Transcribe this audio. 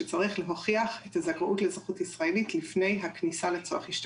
שצריך להוכיח את הזכאות לאזרחות ישראלית לפני הכניסה לצורך השתקעות.